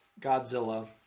Godzilla